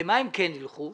למה הם כן ילכו?